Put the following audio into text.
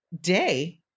day